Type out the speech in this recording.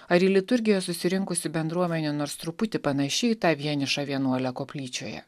ar į liturgiją susirinkusi bendruomenė nors truputį panaši į tą vienišą vienuolę koplyčioje